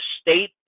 state